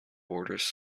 borders